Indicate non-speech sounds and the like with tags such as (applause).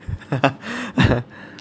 (laughs)